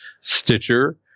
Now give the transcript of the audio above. Stitcher